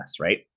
right